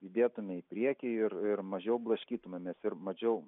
judėtume į priekį ir ir mažiau blaškytumėmės ir mažiau